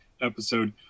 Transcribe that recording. episode